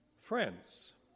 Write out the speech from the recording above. Friends